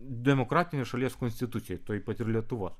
demokratinės šalies konstitucijoje taip pat ir lietuvos